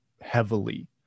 heavily